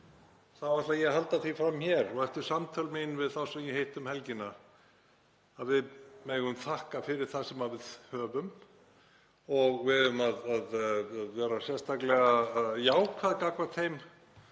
þá ætla ég að halda því fram eftir samtöl mín við þá sem ég hitti um helgina að við megum þakka fyrir það sem við höfum og eigum að vera sérstaklega jákvæð gagnvart þeim